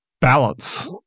balance